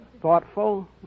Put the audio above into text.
thoughtful